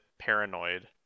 paranoid